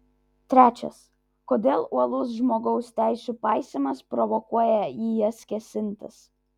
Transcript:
trečias kodėl uolus žmogaus teisių paisymas provokuoja į jas kėsintis